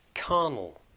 Carnal